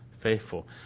faithful